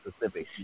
Mississippi